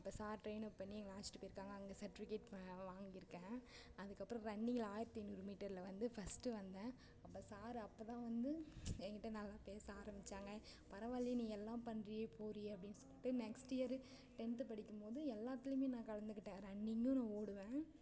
அப்போது sir train up பண்ணி எங்களை அழைச்சிட்டு போயிருக்காங்க அங்கே சர்டிஃபிகேட் வா வாங்கியிருக்கேன் அதுக்கப்புறம் ரன்னிங்கில் ஆயிரத்தி ஐநூறு மீட்டரில் வந்து ஃபஸ்ட்டு வந்தேன் அப்போ சார் அப்போதான் வந்து என்கிட்ட நல்லா பேச ஆரம்மிச்சாங்க பரவாயில்லியே நீ எல்லாம் பண்ணுறியே போறியே அப்படின்னு சொல்லிவிட்டு நெக்ஸ்ட் இயரு டென்த்து படிக்கும்போது எல்லாத்துலேயுமே நான் கலந்துக்கிட்டேன் ரன்னிங்கும் நான் ஓடுவேன்